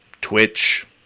Twitch